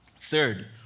Third